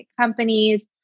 Companies